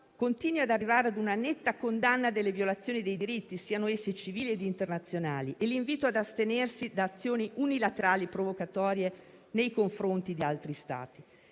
continui ad arrivare a una netta condanna delle violazioni dei diritti, siano essi civili o internazionali, e inviti ad astenersi da azioni unilaterali provocatorie nei confronti di altri Stati.